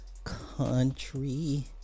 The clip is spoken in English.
country